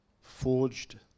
forged